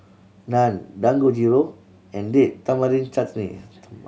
Naan Dangojiru and Date Tamarind Chutney